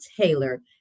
Taylor